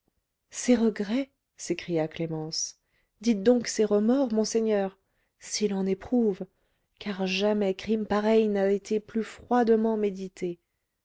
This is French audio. ses regrets s'écria clémence dites donc ses remords monseigneur s'il en éprouve car jamais crime pareil n'a été plus froidement médité